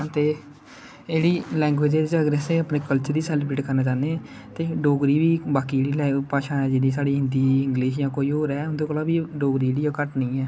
ते एह् जेहड़ी लैग्वेंज ऐ असें अपने कल्चर गी सेलीवरेट करने चाहन्ने ते डोगरी बाकी जेहड़ी लैंग्वेज भाषा ऐ जेहड़ी साढ़ी हिंदी इंगलिश जां कोई बी होर एह् उंदे कोला बी डोगरी जेहड़ी ऐ घट्ट नेईं ऐ